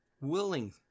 willing